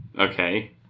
Okay